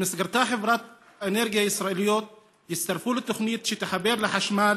במסגרתה חברות אנרגיה ישראליות יצטרפו לתוכנית שתחבר לחשמל"